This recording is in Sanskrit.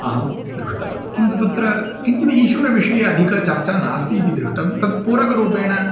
अहं दृष्टवान् किन्तु तत्र किंचित् ईश्वरः विषये अधिका चर्चा नास्ति इति दृष्टं तत् पूरकरूपेण